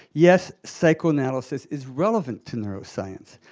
yes, psychoanalysis is relevant to neuroscience.